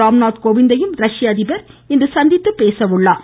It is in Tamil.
ராம்நாத் கோவிந்தையும் ரஷ்ய அதிபர் இன்று சந்தித்து பேச உள்ளார்